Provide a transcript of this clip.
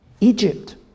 Egypt